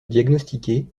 diagnostiqué